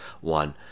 one